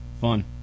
fun